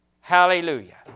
Hallelujah